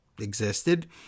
existed